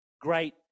great